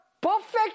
perfect